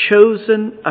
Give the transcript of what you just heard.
chosen